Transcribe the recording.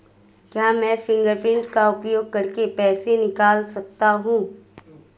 क्या मैं फ़िंगरप्रिंट का उपयोग करके पैसे निकाल सकता हूँ?